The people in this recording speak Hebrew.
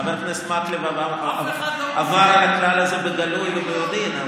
חבר הכנסת מקלב עבר על הכלל הזה בגלוי וביודעין,